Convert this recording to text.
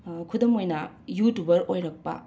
ꯈꯨꯗꯝ ꯑꯣꯏꯅ ꯌꯨꯇꯨꯕꯔ ꯑꯣꯏꯔꯛꯄ